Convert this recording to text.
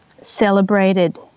celebrated